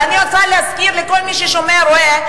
ואני רוצה להזכיר לכל מי ששומע ורואה,